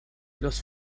los